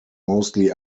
mostly